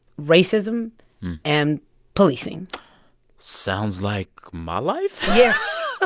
racism and policing sounds like my life yeah ah